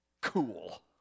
Cool